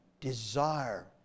desire